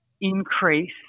increase